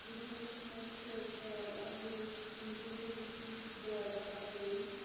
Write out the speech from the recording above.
گُریسَس مَنٛز چھِ جاے اکھ گُریسَس کِنۍ گُریزَس نِش چھِ جاے اکھ اَپٲری